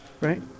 Right